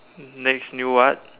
next new what